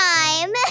time